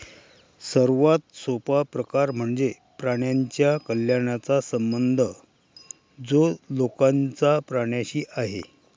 सर्वात सोपा प्रकार म्हणजे प्राण्यांच्या कल्याणाचा संबंध जो लोकांचा प्राण्यांशी आहे